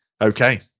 Okay